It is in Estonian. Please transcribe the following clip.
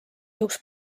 juhuks